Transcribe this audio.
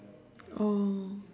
oh